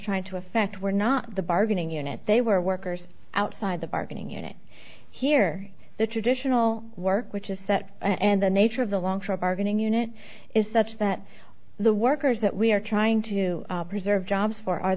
trying to affect were not the bargaining unit they were workers outside the bargaining unit here the traditional work which is set and the nature of the long show bargaining unit is such that the workers that we are trying to preserve jobs for are